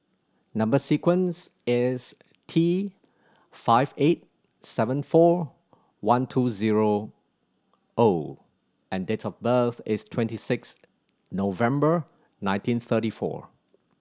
number sequence is T five eight seven four one two zero O and date of birth is twenty six November nineteen thirty four